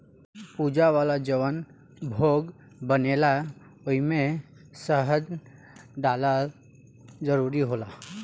पूजा वाला जवन भोग बनेला ओइमे शहद डालल जरूरी होला